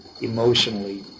emotionally